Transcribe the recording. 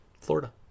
Florida